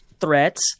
threats